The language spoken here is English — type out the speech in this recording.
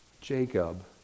Jacob